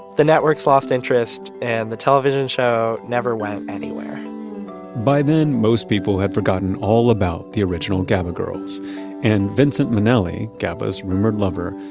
the networks lost interest and the television show never went anywhere by then, most people had forgotten all about the original gaba girls and vincent minnelli, gabas rumored lover,